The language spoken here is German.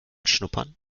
schnuppern